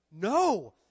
No